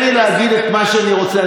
תן לי להגיד את מה שאני רוצה.